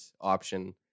option